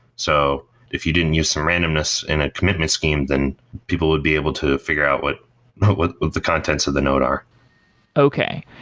so if you didn't use some randomness in a commitment scheme then people would be able to figure out what what the contents of the note are okay.